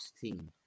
team